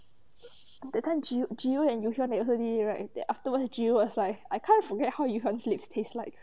that time jiu and yoohyeon they all did it right then afterwards jiu was like I can't forget how yoohyeon lips taste like